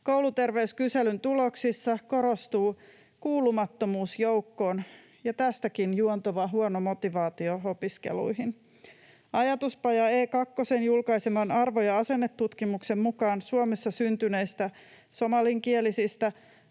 Kouluterveyskyselyn tuloksissa korostuvat kuulumattomuus joukkoon ja tästäkin juontava huono motivaatio opiskeluihin. Ajatuspaja E2:n julkaiseman arvo- ja asennetutkimuksen mukaan Suomessa syntyneistä somalinkielisistä